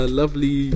lovely